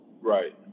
Right